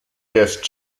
gift